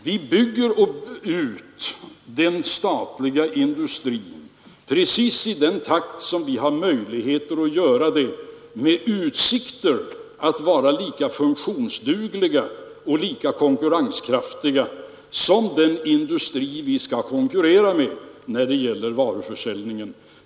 Vi bygger ut den statliga industrin precis i den takt som vi har möjligheter att göra det med utsikter att den skall vara lika funktionsduglig och lika konkurrenskraftig som den industri den skall konkurrera med när det gäller varuförsäljningen.